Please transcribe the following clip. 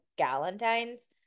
Galentine's